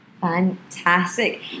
Fantastic